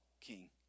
king